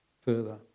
further